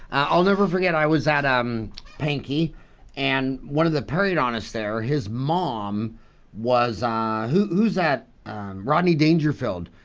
i'll never forget i was at um panky and one of the periodontist there his mom was who's that rodney dangerfield.